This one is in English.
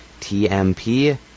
tmp